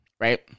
right